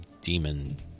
demon